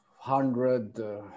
Hundred